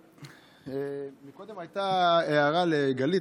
קודם הייתה הערה לגלית,